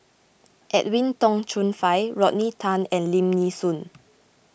Edwin Tong Chun Fai Rodney Tan and Lim Nee Soon